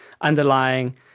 underlying